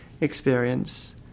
experience